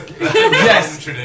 yes